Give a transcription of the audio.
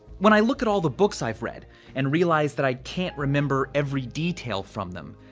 when i look at all the books i've read and realize that i can't remember every detail from them,